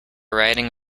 writing